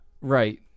Right